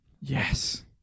Yes